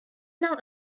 now